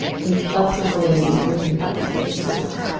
since that's sort of the way that you're you're thinking about these issues now.